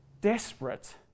desperate